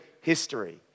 history